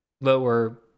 lower